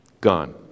Gone